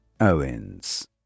Owens